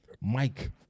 Mike